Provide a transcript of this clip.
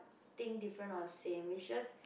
thing different or same it's just